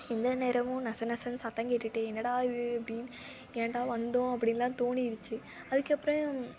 எந்த நேரமும் நசநசன்னு சத்தம் கேட்டுகிட்டே என்னடா இது அப்படின்னு ஏன்டா வந்தோம் அப்படினுலாம் தோணிருச்சு அதுக்கப்புறம்